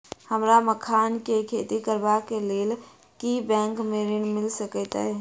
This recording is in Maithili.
हमरा मखान केँ खेती करबाक केँ लेल की बैंक मै ऋण मिल सकैत अई?